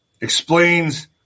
explains